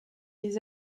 les